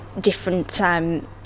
different